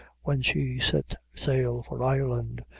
when she set sail for ireland,